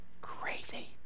Crazy